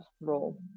role